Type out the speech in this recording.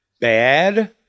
bad